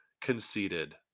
conceded